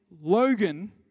Logan